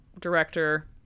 director